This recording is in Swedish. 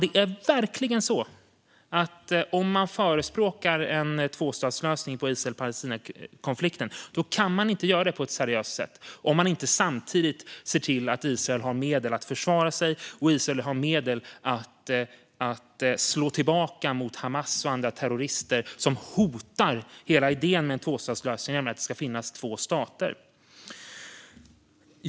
Man kan inte på ett seriöst sätt förespråka en tvåstatslösning på Israel-Palestina-konflikten om man inte samtidigt ser till att Israel har medel att försvara sig och slå tillbaka mot Hamas och andra terrorister som hotar hela idén med en tvåstatslösning, alltså att det ska finnas två stater.